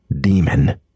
demon